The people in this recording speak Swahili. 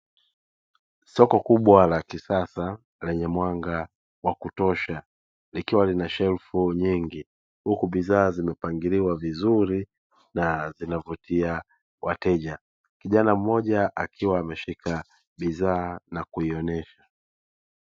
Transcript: Soko kubwa la kisasa lenye mwanga wa kutosha, likiwa lina shelfu nyingi, huku bidhaa zimepangiliwa vizuri na zinavutia wateja. Kijana mmoja akiwa ameshika bidhaa na kuionesha.